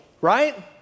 right